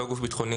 לא גוף ביטחוני,